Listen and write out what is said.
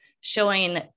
showing